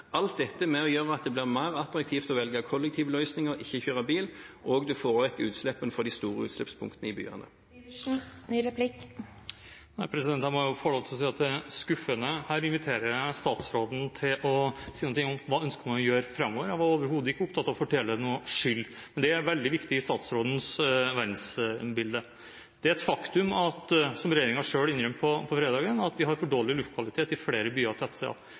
Alt dette er med på å gjøre at det blir mer attraktivt å velge kollektivløsninger og ikke kjøre bil, og en får vekk utslippene fra de store utslippspunktene i byene. Da må jeg få lov til å si at det er skuffende. Her inviterer jeg statsråden til å si noe om hva man ønsker å gjøre framover. Jeg var overhodet ikke opptatt av å fordele skyld. Men det er veldig viktig i statsrådens verdensbilde. Det er et faktum, som regjeringen selv innrømmet på fredag, at vi har for dårlig luftkvalitet i flere byer